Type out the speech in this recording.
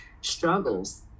struggles